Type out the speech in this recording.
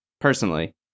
personally